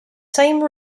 same